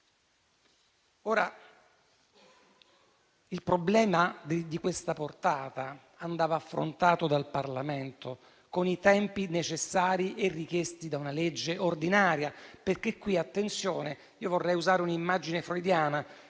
Un problema di questa portata andava affrontato dal Parlamento con i tempi necessari, richiesti da una legge ordinaria. Attenzione, vorrei usare un'immagine freudiana: